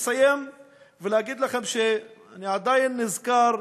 אני אסיים ואגיד לכם שאני עדיין נזכר